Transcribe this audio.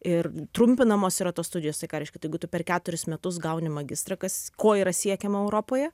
ir trumpinamos yra tos studijos tai ką reiškia tai jeigu tu per keturis metus gauni magistrą kas ko yra siekiama europoje